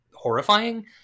Horrifying